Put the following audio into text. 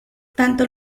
tanto